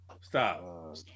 Stop